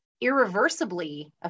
irreversibly